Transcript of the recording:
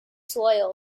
soil